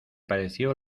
pareció